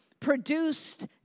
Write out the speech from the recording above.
produced